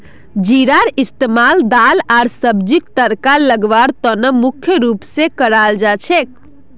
जीरार इस्तमाल दाल आर सब्जीक तड़का लगव्वार त न मुख्य रूप स कराल जा छेक